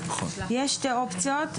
יש שתי אופציות.